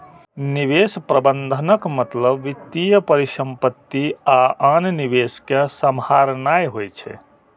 निवेश प्रबंधनक मतलब वित्तीय परिसंपत्ति आ आन निवेश कें सम्हारनाय होइ छै